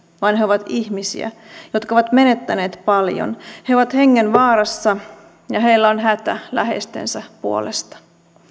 vaan he ovat ihmisiä jotka ovat menettäneet paljon he ovat hengenvaarassa ja heillä on hätä läheistensä puolesta